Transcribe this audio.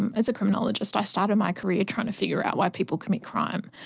and as a criminologist i started my career trying to figure out why people commit crime,